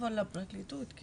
יש